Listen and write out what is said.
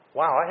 wow